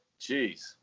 Jeez